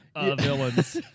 villains